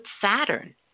Saturn